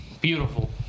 Beautiful